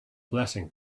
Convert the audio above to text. blessing